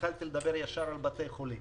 התחלתי לדבר ישר עם בתי חולים.